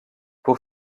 pour